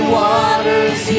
waters